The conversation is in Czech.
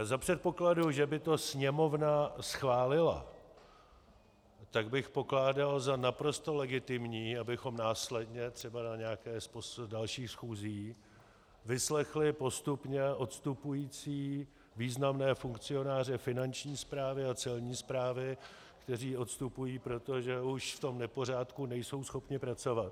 Za předpokladu, že by to Sněmovna schválila, tak bych pokládal za naprosto legitimní, abychom následně třeba na nějaké z dalších schůzí vyslechli postupně odstupující významné funkcionáře Finanční správy a Celní správy, kteří odstupují, protože už v tom nepořádku nejsou schopni pracovat.